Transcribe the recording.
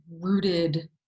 rooted